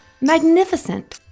magnificent